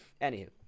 Anywho